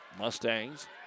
Mustangs